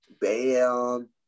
Bam